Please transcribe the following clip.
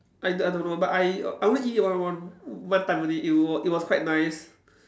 I I don't know but I I always eat one one one time only it was it was quite nice